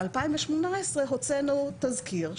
ב-2018 הוצאנו תזכיר,